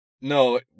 No